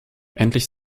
endlich